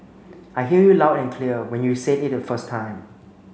I hear you loud and clear when you said it the first time